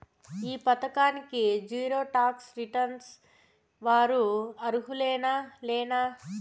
ఈ పథకానికి zero tax returns వారు అర్హులేనా లేనా?